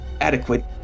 adequate